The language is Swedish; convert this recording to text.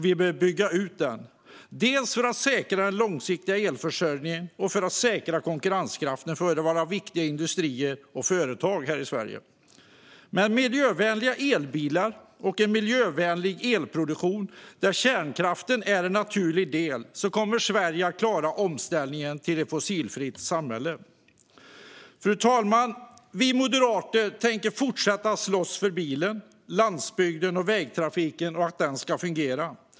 Vi behöver bygga ut den för att säkra den långsiktiga elförsörjningen och för att säkra konkurrenskraften för våra viktiga industrier och företag i Sverige. Med miljövänliga elbilar och en miljövänlig elproduktion, där kärnkraften är en naturlig del, kommer Sverige att klara omställningen till ett fossilfritt samhälle. Fru talman! Vi moderater tänker fortsätta att slåss för bilen, för landsbygden och för att vägtrafiken ska fungera.